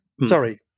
sorry